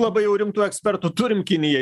labai jau rimtų ekspertų turim kinijai